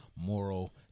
moral